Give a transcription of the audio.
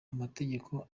amategeko